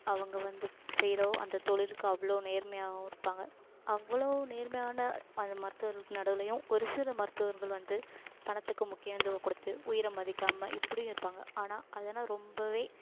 அவங்க வந்து செய்கிற அந்த தொலிலுக்கு அவ்வளோ நேர்மையாகவும் இருப்பாங்க அவ்வளோ நேர்மையான அந்த மருத்துவர்களுக்கு நடுவிலையும் ஒரு சில மருத்துவர்கள் வந்து பணத்துக்கு முக்கியத்துவம் கொடுத்து உயிரை மதிக்காமல் இப்டியும் இருப்பாங்க ஆனால் அதெல்லாம் ரொம்பவே